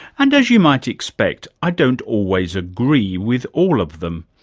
and, as you might expect, i don't always agree with all of them,